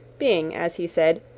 being, as he said,